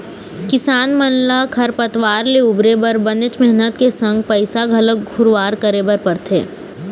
किसान मन ल खरपतवार ले उबरे बर बनेच मेहनत के संग पइसा घलोक खुवार करे बर परथे